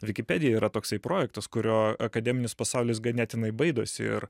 wikipedia yra toksai projektas kurio akademinis pasaulis ganėtinai baidosi ir